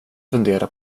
fundera